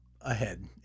ahead